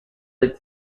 leak